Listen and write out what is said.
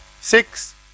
Six